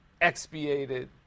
expiated